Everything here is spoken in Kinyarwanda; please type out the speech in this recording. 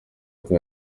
uko